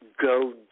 go